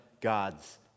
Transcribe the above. God's